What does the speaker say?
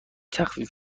تخفیفی